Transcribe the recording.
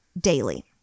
daily